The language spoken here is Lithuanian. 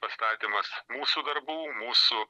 pastatymas mūsų darbų mūsų